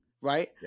right